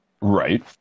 right